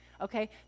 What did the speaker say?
okay